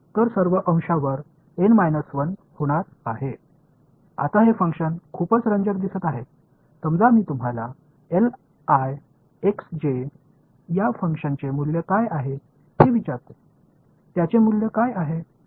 तर सर्व अंशांवर एन 1 होणार आहे आता हे फंक्शन खूपच रंजक दिसत आहे समजा मी तुम्हाला या फंक्शन चे मूल्य काय आहे ते विचारतो त्याचे मूल्य काय आहे